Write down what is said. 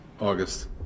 August